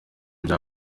bya